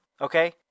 okay